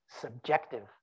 subjective